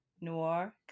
Noir